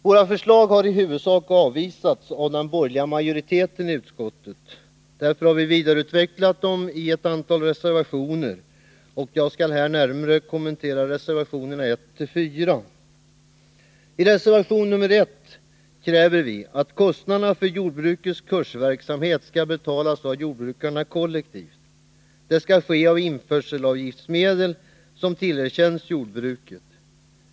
Våra förslag har i huvudsak avvisats av den borgerliga majoriteten i utskottet. Vi har därför vidareutvecklat dem i ett antal reservationer. Jag skall här närmare kommentera reservationerna 1-4. I reservation 1 kräver vi att kostnaderna för jordbrukets kursverksamhet skall betalas av jordbrukarna kollektivt. Detta skall ske via införselavgiftsmedel som tillerkänns jordbruket.